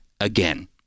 again